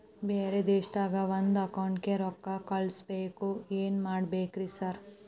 ಬ್ಯಾರೆ ದೇಶದಾಗ ಒಂದ್ ಅಕೌಂಟ್ ಗೆ ರೊಕ್ಕಾ ಕಳ್ಸ್ ಬೇಕು ಏನ್ ಮಾಡ್ಬೇಕ್ರಿ ಸರ್?